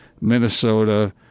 Minnesota